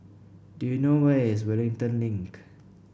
do you know where is Wellington Link